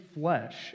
flesh